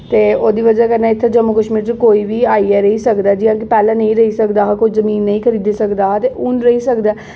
ते ओह्दी बजह् कन्नै इत्थै जम्मू कश्मीर च कोई बी आइयै रेही सकदा जि'यां कि पैह्लें निं रेही सकदा हा कोई जमीन निं खरीदी सकदा हा ते हून रेही सकदा ऐ